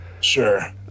Sure